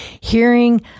hearing